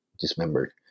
dismembered